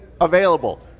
available